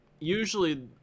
Usually